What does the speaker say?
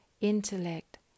intellect